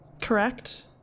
correct